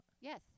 Yes